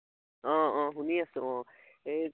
অঁ অঁ শুনি আছো অঁ এই